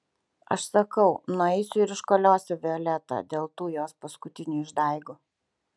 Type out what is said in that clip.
aš sakau nueisiu ir iškoliosiu violetą dėl tų jos paskutinių išdaigų